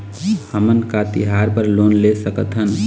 हमन का तिहार बर लोन ले सकथन?